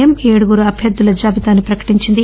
ఎమ్ ఏడుగురు అభ్వర్దుల జాబితాను ప్రకటించింది